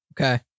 Okay